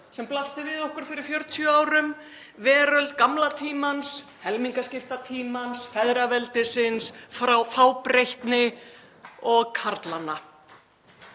sem blasti við okkur fyrir 40 árum, veröld gamla tímans, helmingaskiptatímans, feðraveldisins, fábreytni og karlanna.